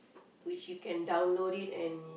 which you can download it and